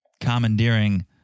commandeering